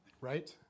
right